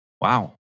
Wow